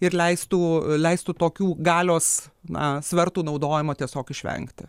ir leistų leistų tokių galios na svertų naudojimo tiesiog išvengti